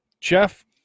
Jeff